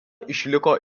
išliko